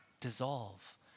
dissolve